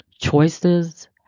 Choices